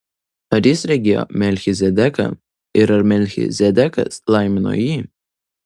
ar jis regėjo melchizedeką ir ar melchizedekas laimino jį